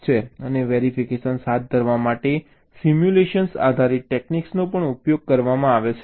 અને વેરિફિકેશન હાથ ધરવા માટે સિમ્યુલેશન આધારિત ટેક્નિક્સનો પણ ઉપયોગ કરવામાં આવે છે